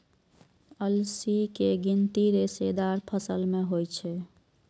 अलसी के गिनती रेशेदार फसल मे होइ छै